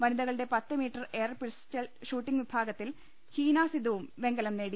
വനിതക ളുടെ പത്ത് metre air pistol shooting വിഭാഗത്തിൽ ഹീനാ സിദ്ദുവും വെങ്കലം നേടി